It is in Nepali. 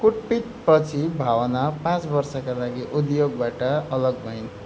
कुटपिटपछि भावना पाँच वर्षका लागि उद्योगबाट अलग भइन्